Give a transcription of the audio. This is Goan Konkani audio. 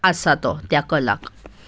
आसा तो त्या कलाक